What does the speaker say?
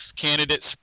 candidates